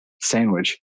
sandwich